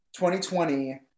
2020